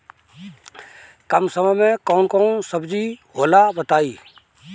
कम समय में कौन कौन सब्जी होला बताई?